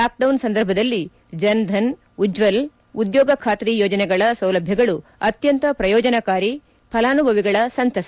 lockdown ಸಂದರ್ಭದಲ್ಲಿ ಜನ್ಧನ್ ಉಜ್ವಲ ಉದ್ಯೋಗ ಖಾತ್ರಿ ಯೋಜನೆಗಳ ಸೌಲಭ್ಯಗಳು ಆತ್ಯಂತ ಪ್ರಯೋಜನಕಾರಿ ಫಲಾನುಭವಿಗಳ ಸಂತಸ